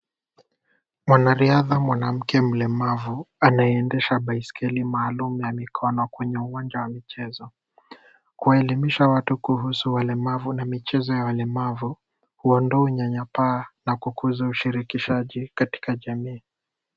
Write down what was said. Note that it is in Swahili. Mwanariadha mwanamke mlemavu anayeendesha baiskeli maalum ya mikono kwenye uwanja wa michezo. Kuwaelimisha watu kuhusu walemavu na michezo ya walemavu, huondoa unyanyapaa na kukuza ushirikishaji katika jamii.